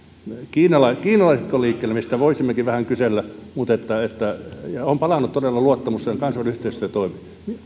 kiinalaiset ovat liikkeellä mistä voisimmekin vähän kysellä ja on palannut todella luottamus siihen että kansainvälinen yhteistyö toimii